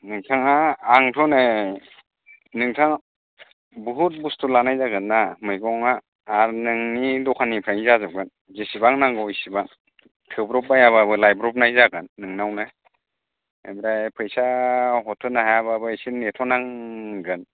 नोंथाङा आंथ' नै नोंथाङा बहुथ बुस्थु लानाय जागोन्ना मैगंआ आर नोंनि दखाननिफ्रायनो जाजोबगोन जेसेबां नांगौ एसेबां थोब्रब बाइयाबाबो लाइब्रबनाय जागोन नोंनावनो आमफ्राय फैसा हरथ'नो हायाबाबो एसे नेथ' नां गोन